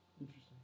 Interesting